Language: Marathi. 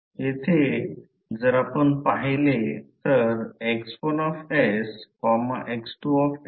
तर हे खरे आहे ज्याला H I 2 π r ampere per metre असे म्हणतात जे अँपिअर रूल Ampere's rule आहे